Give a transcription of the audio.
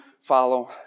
follow